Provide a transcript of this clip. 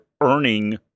earning